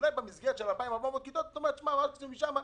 אולי במסגרת של 2,400 כיתות את אומרת: הורדנו את זה משם,